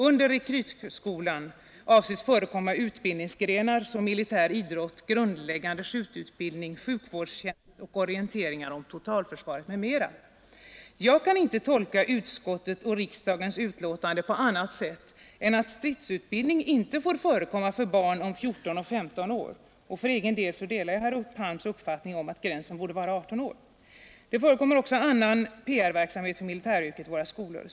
Under rekrytskolan — som alltså kan påbörjas tidigast det år vederbörande fyller 15 år — avses förekomma utbildningsgrenar som militär idrott, grundläggande skjututbildning, sjukvårdstjänst och orienteringar om totalförsvaret m, m.” Jag kan inte tolka utskottet och riksdagens uttalande på annat sätt än att stridsutbildning inte får förekomma för barn om 14 och 15 år. För egen del delar jag herr Palms uppfattning om att gränsen borde vara 18 år. Det förekommer också annan PR-verksamhet för militäryrket i våra skolor.